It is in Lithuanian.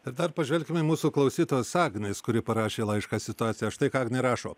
ir dar pažvelkime į mūsų klausytojos agnės kuri parašė laišką situaciją štai ką rašo